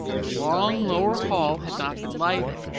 the long lower hall had not been lighted,